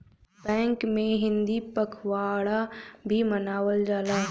bank में हिंदी पखवाड़ा भी मनावल जाला